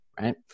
right